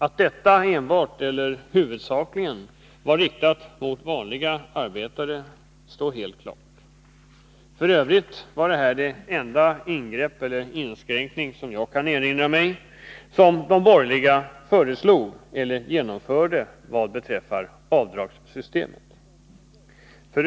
Att detta enbart, eller huvudsakligen, var riktat mot vanliga arbetare står helt klart. F. ö. var detta det enda ingrepp, eller den enda inskränkning, som jag kan erinra mig, som de borgerliga föreslog eller genomförde vad beträffar avdragssystemet.